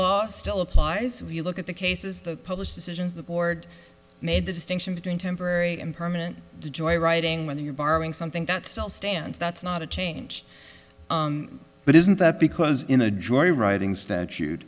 law still applies if you look at the cases that published decisions the board made the distinction between temporary and permanent joyriding when you're borrowing something that still stands that's not a change but isn't that because in a joyriding statute